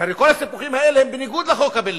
הרי כל הסיפוחים האלה הם בניגוד לחוק הבין-לאומי.